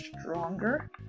stronger